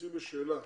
היוצאים בשאלה